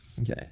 Okay